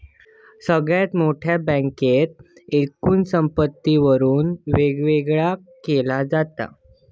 सगळ्यात मोठ्या बँकेक एकूण संपत्तीवरून वेगवेगळा केला जाता